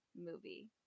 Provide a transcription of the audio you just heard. movie